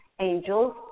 Angels